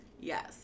Yes